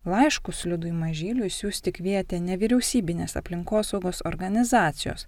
laiškus liudui mažyliui siųsti kvietė nevyriausybinės aplinkosaugos organizacijos